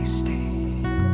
stay